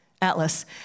Atlas